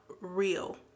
real